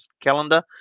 calendar